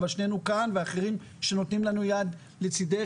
אבל שנינו כאן ואחרים שנותנים לנו יד לצידך,